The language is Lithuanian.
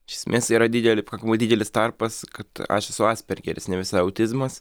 iš esmės yra dideli pakankamai didelis tarpas kad aš esu aspergeris ne visai autizmas